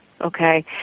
okay